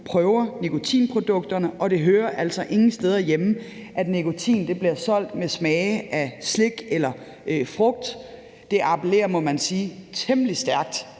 prøver nikotinprodukterne, og det hører altså ingen steder hjemme, at nikotin bliver solgt med smage af slik eller frugt. Det appellerer, må man sige, temmelig stærkt